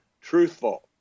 truthful